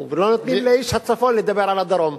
ולא נותנים לאיש הצפון לדבר על הדרום.